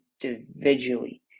individually